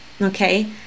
okay